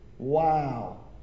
Wow